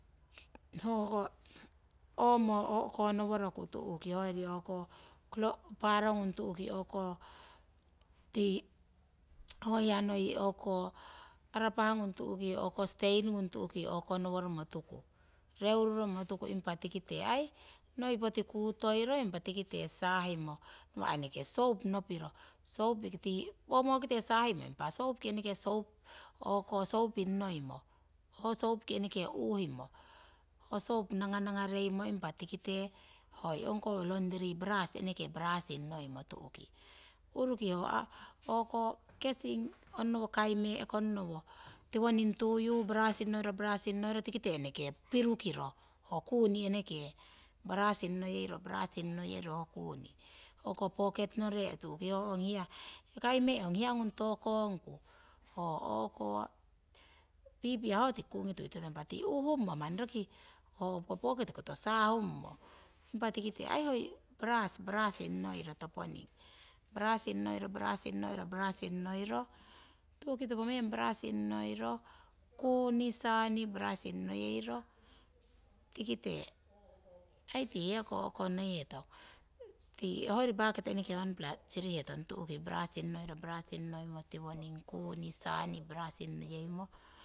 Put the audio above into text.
Hoi omo ho stain ngung keurumo tuku noi poti kutoiro impa titike suhiro nawa eneke soup nopiro nanganungareimo tikite h ongkoh laundry brush eneke bushing ngoimo. Uruki ho kesini brushing ngeyeiro tikite pirukiro ho kuni brushing ngeyeiko brushing ngeyeiro. Hoko poket nere'h koto sukeiro brushing ngeyeiro brushing ngeyeiro brushing ngeyeiro. Hoko poket nere'h koto sukeiro brushing ngeyeiro brushing ngeyeiro, tikite tu'ki hoiri bucket wanpla eneke tu'ki siritietong.